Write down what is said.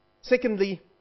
Secondly